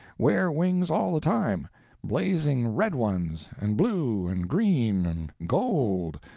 wear wings all the time blazing red ones, and blue and green, and gold,